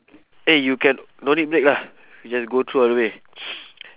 eh you can no need break lah just go through all the way